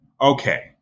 okay